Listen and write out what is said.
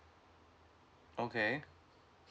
okay